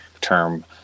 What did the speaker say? term